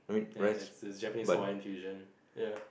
ya it's this Japanese Hawaiian fusion ya